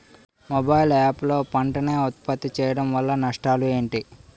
Mobile app లో పంట నే ఉప్పత్తి చేయడం వల్ల నష్టాలు ఏంటి?